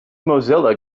mozilla